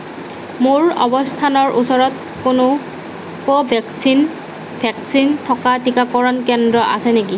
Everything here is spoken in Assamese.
মোৰ অৱস্থানৰ ওচৰত কোনো কোভেক্সিন ভেকচিন থকা টীকাকৰণ কেন্দ্ৰ আছে নেকি